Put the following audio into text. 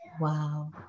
Wow